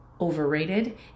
overrated